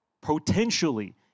potentially